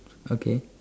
okay